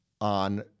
on